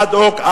אד-הוק,